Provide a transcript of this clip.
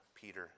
Peter